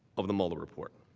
of the muller report.